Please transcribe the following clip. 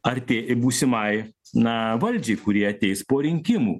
artė būsimai na valdžiai kuri ateis po rinkimų